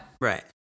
Right